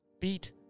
beat